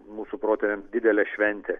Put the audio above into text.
mūsų protėviam didelė šventė